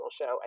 show